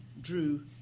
drew